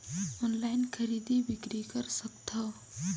Online खरीदी बिक्री कर सकथव?